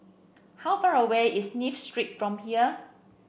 how far away is Smith Street from here